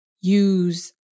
use